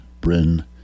bryn